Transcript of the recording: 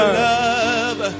love